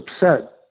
upset